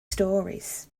stories